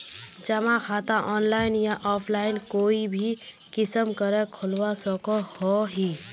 जमा खाता ऑनलाइन या ऑफलाइन कोई भी किसम करे खोलवा सकोहो ही?